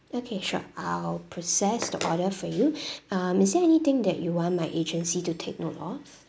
okay sure I'll process the order for you um is there anything that you want my agency to take note of